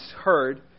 heard